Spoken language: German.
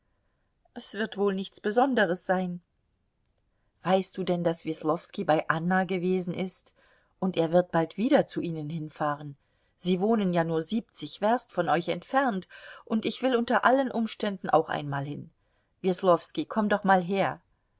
es wird wohl nichts besonderes sein weißt du denn daß weslowski bei anna gewesen ist und er wird bald wieder zu ihnen hinfahren sie wohnen ja nur siebzig werst von euch entfernt und ich will unter allen umständen auch einmal hin weslowski komm doch mal her